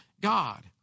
God